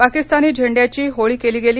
पाकिस्तानी झेंडयाची होळी केली गेली